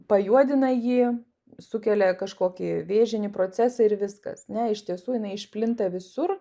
pajuodina jį sukelia kažkokį vėžinį procesą ir viskas ne iš tiesų jinai išplinta visur